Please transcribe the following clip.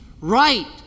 right